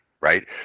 right